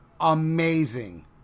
Amazing